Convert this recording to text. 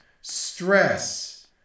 stress